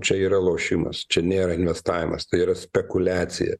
čia yra lošimas čia nėra investavimas tai yra spekuliacija